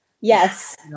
Yes